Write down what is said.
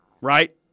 right